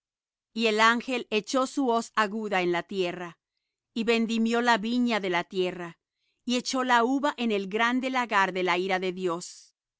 y el ángel echó su hoz aguda en la tierra y vendimió la viña de la tierra y echó la uva en el grande lagar de la ira de dios